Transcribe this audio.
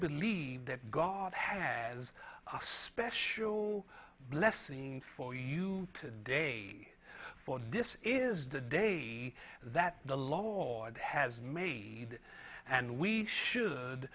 believe that god has a special blessings for you today for this is the day that the lot has made and we should